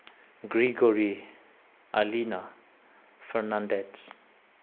Grigory ꯑꯂꯤꯅꯥ Fernandes